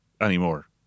anymore